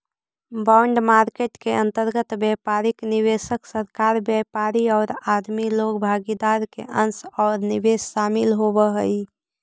bond market के अंतर्गत व्यापारिक निवेशक, सरकार, व्यापारी औउर आदमी लोग भागीदार के अंश औउर निवेश शामिल होवऽ हई